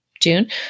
June